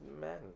men